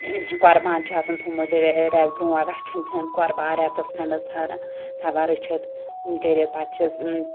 قۄربان چھُ آسان تھومُت ریٚتھ برٛونٛٹھ رَچھان چھِن قۄربان ریٚتَس کھٔنٛڈَس تھاوان رٔچھِتھ کٔرِتھ پَتہٕ چھِس